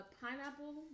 pineapple